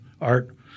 art